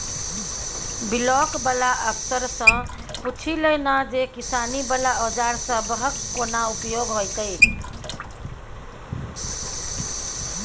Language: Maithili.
बिलॉक बला अफसरसँ पुछि लए ना जे किसानी बला औजार सबहक कोना उपयोग हेतै?